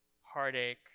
heartache